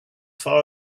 far